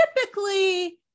typically